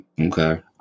Okay